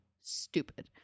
Stupid